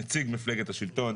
נציג מפלגת השלטון,